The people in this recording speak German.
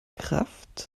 kraft